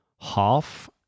half